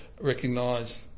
recognise